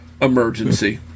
Emergency